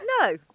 No